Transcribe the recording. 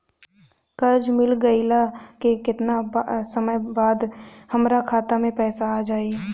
कर्जा मिल गईला के केतना समय बाद हमरा खाता मे पैसा आ जायी?